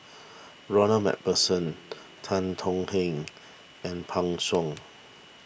Ronald MacPherson Tan Tong Hye and Pan Shou